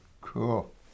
cool